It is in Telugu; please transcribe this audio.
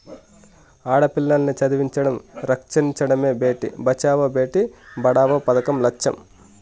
ఆడపిల్లల్ని చదివించడం, రక్షించడమే భేటీ బచావో బేటీ పడావో పదకం లచ్చెం